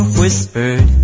whispered